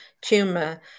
tumor